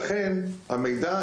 לכן המידע,